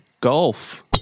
Golf